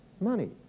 Money